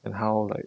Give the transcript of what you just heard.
and how like